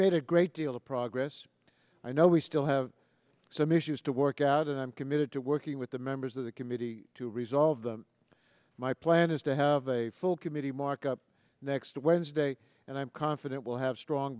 made a great deal of progress i know we still have some issues to work out and i'm committed to working with the members of the committee to resolve them my plan is to have a full committee markup next wednesday and i'm confident we'll have strong